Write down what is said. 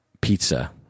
pizza